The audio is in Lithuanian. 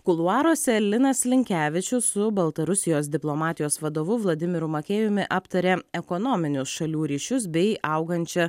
kuluaruose linas linkevičius su baltarusijos diplomatijos vadovu vladimiru makėjumi aptarė ekonominius šalių ryšius bei augančią